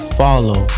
follow